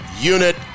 Unit